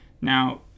Now